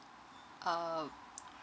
uh